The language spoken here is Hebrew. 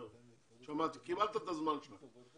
זהו, שמעתי, קיבלת את הזמן שלך.